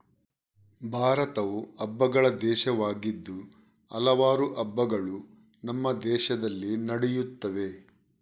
ಭಾರತವು ಹಬ್ಬಗಳ ದೇಶವಾಗಿದ್ದು ಹಲವಾರು ಹಬ್ಬಗಳು ನಮ್ಮ ದೇಶದಲ್ಲಿ ನಡೆಯುತ್ತವೆ